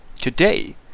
Today